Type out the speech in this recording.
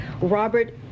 Robert